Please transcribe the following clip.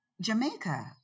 Jamaica